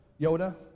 Yoda